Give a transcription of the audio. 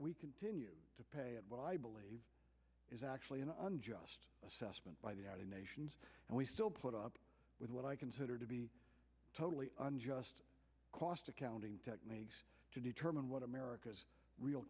we continue to pay and what i believe is actually an unjust assessment by the united nations and we still put up with what i consider to be totally on just cost accounting techniques to determine what america's real